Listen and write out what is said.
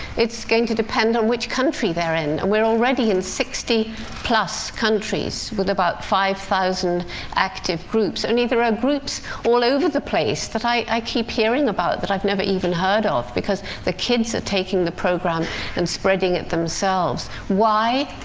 it's going to depend on which country they're in and we're already in sixty plus countries, with about five thousand active groups and there are groups all over the place that i keep hearing about that i've never even heard of, because the kids are taking the program and spreading it themselves. why?